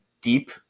deep